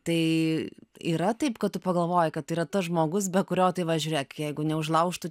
tai yra taip kad tu pagalvoji kad tai yra tas žmogus be kurio tai va žiūrėk jeigu neužlaužtų